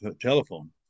telephone